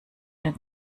den